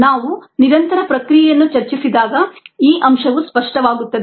ನಾವು ನಿರಂತರ ಪ್ರಕ್ರಿಯೆಗಳನ್ನು ಚರ್ಚಿಸಿದಾಗ ಈ ಅಂಶವು ಸ್ಪಷ್ಟವಾಗುತ್ತದೆ